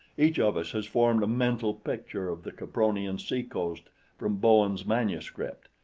each of us has formed a mental picture of the capronian seacoast from bowen's manuscript,